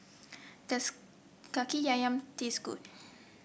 does kaki ayam taste good